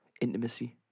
intimacy